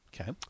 Okay